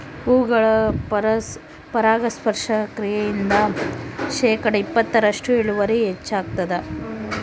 ಹೂಗಳ ಪರಾಗಸ್ಪರ್ಶ ಕ್ರಿಯೆಯಿಂದ ಶೇಕಡಾ ಇಪ್ಪತ್ತರಷ್ಟು ಇಳುವರಿ ಹೆಚ್ಚಾಗ್ತದ